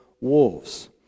wolves